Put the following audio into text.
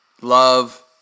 Love